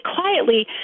quietly